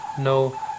no